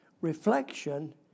Reflection